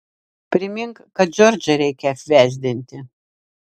primink kad džordžą reikia apvesdinti